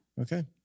Okay